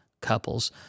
couples